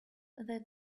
that